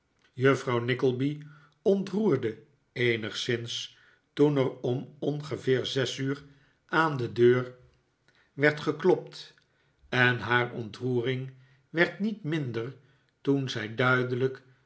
juffrouw nickleby ontroerde eenigszins toen er om ongeveer zes uur aan de deur werd geklopt en haar ontroering werd niet minder toen zij duidelijk